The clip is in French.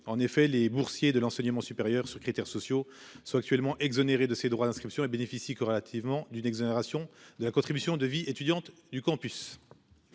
en effet les boursiers de l'enseignement supérieur sur critères sociaux sont actuellement exonérés de ces droits d'inscription et bénéficie que relativement d'une exonération de la contribution de vie étudiante du campus.